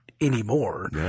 anymore